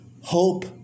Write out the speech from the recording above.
Hope